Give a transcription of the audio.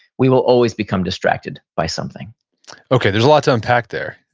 we will always become distracted by something okay. there's a lot to unpack there.